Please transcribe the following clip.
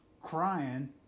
crying